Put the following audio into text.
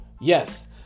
yes